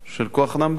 של כוח-אדם בהוראה.